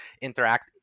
interact